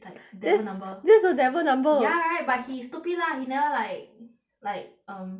is like devil number that's that's the devil number ya right but he stupid lah he never like like um